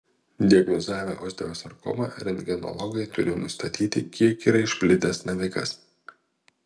diagnozavę osteosarkomą rentgenologai turi nustatyti kiek yra išplitęs navikas